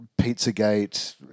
Pizzagate